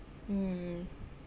mm